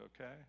Okay